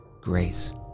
grace